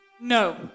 no